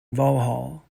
vauxhall